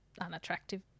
unattractive